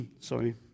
Sorry